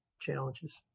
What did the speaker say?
challenges